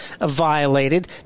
violated